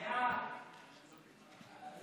חוק השכר הממוצע (הוראת שעה, נגיף הקורונה החדש),